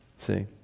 See